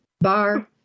Bar